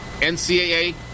NCAA